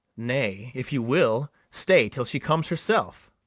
nay, if you will, stay till she comes herself.